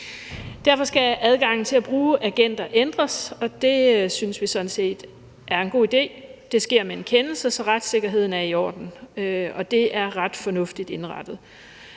Derfor skal adgangen til at bruge agenter ændres, og det synes vi sådan set er en god idé. Det sker med en kendelse, så retssikkerheden er i orden, og det er ret fornuftigt indrettet.